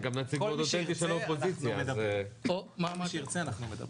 עם כל מי שירצה אנחנו נדבר.